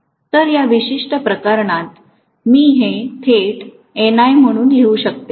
तर या विशिष्ट प्रकरणात मी हे थेट NI म्हणून लिहू शकतो